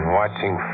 watching